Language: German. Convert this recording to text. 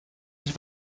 sich